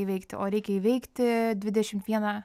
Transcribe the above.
įveikti o reikia įveikti dvidešimt vieną